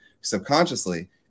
subconsciously